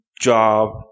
job